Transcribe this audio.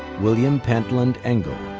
william pentland engel,